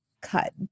cut